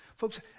Folks